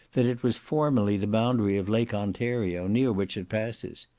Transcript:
that it was formerly the boundary of lake ontario, near which it passes.